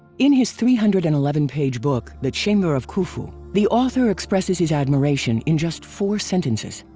in his three hundred and eleven page book the chamber of khufu, the author expresses his admiration in just four sentences.